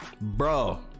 bro